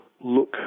look